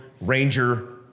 ranger